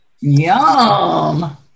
Yum